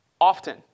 often